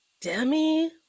Demi